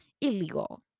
illegal